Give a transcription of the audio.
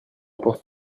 pense